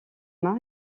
main